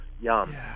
Yum